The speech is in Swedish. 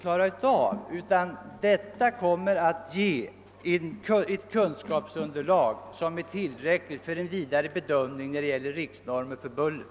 Men utredningens betänkande kommer ändå att ge ett kunskapsunderlag som är tillräckligt för en vidare bedömning när det gäller att fastställa riksnormer för buller.